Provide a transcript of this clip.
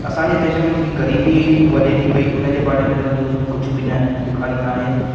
असांजे देश में जेकी ग़रीबी वधे थी पए उन जे बारे में त न्यूज़ में कुझ बि न ॾेखारींदा आहिनि